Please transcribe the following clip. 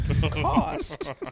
Cost